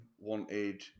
wanted